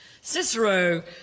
Cicero